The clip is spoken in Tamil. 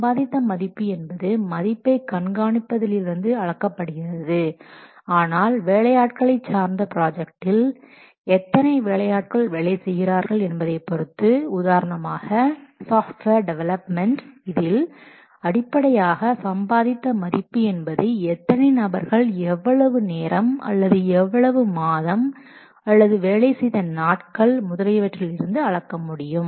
சம்பாதித்த மதிப்பு என்பது மதிப்பை கண்காணிப்பதில் இருந்து அளக்கப்படுகிறது ஆனால் வேலையாட்களை சார்ந்த பிராஜக்டில் எத்தனை வேலையாட்கள் வேலை செய்கிறார்கள் என்பதை பொருத்து உதாரணமாக சாஃப்ட்வேர் டெவலப்மெண்ட் இதில் அடிப்படையாக சம்பாதித்த மதிப்பு என்பது எத்தனை நபர்கள் எவ்வளவு நேரம் அல்லது எவ்வளவு மாதம் அல்லது வேலை செய்த நாட்கள் முதலியவற்றில் இருந்து அளக்க முடியும்